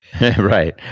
Right